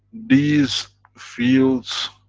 these fields,